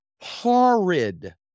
horrid